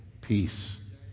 peace